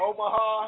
Omaha